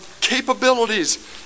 capabilities